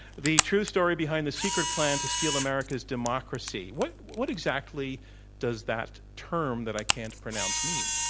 the true story behind the secret plan to steal america's democracy. what what exactly does that term that i can't pronounce mean?